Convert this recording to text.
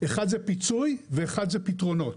אחד זה פיצוי ואחד זה פתרונות.